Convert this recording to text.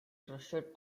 trusted